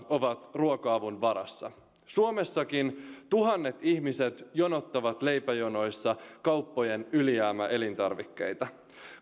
ovat ruoka avun varassa suomessakin tuhannet ihmiset jonottavat leipäjonoissa kauppojen ylijäämäelintarvikkeita